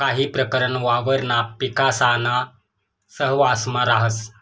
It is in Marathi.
काही प्रकरण वावरणा पिकासाना सहवांसमा राहस